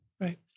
Right